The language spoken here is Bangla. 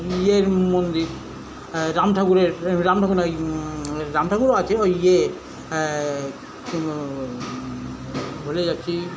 ইয়ের মন্দির রামঠাকুরের রামঠাকুর না রামঠাকুরও আছে ওই ইয়ে ভুলে যাচ্ছি